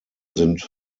sind